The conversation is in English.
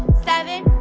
seven,